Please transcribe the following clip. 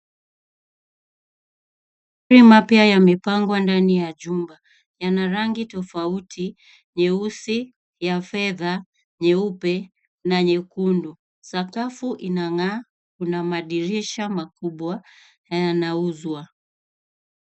Pima yamepangwa ndani ya jumba. Yana rangi tofauti nyeusi ,ya fedha ,nyeupe na nyekundu. Sakafu inang'aa kuna madirisha makubwa na yanauzwa.